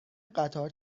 قطار